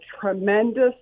tremendous